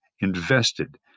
invested